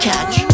Catch